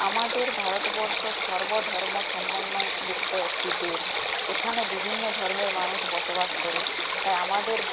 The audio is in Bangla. আমাদের ভারতবর্ষ সর্বধর্ম সমন্বয় যুক্ত একটি দেশ এখানে বিভিন্ন ধর্মের মানুষ বসবাস করে তাই আমাদের